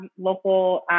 local